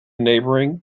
neighbouring